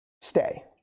stay